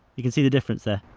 you can see the difference there.